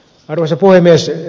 arvoisa puhemies